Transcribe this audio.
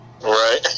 Right